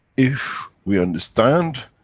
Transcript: if we understand,